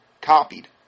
copied